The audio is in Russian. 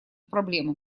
проблему